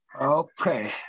Okay